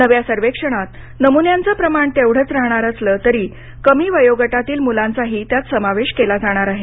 नव्या सर्वेक्षणात नमुन्यांचं प्रमाण तेवढंच राहणार असलं तरी कमी वयोगटातील मुलांचाही त्यात समावेश केला जाणार आहे